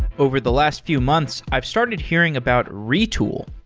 over the last few months, i've started hearing about retool.